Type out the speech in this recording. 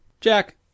Jack